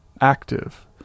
active